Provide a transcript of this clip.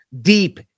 deep